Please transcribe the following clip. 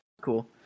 Cool